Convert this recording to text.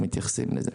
מתייחסים לזה.